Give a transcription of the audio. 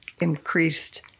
increased